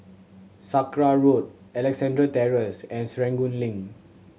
Sakra Road Alexandra Terrace and Serangoon Link